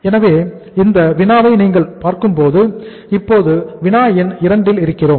எனவே இந்த வினாவை நீங்கள் பார்க்கும்போது இப்போது வினா எண் 2 ல் இருக்கிறோம்